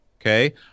Okay